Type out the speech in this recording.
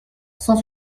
cent